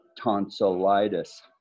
tonsillitis